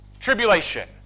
tribulation